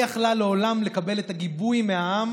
לעולם לא הייתה יכולה לקבל את הגיבוי מהעם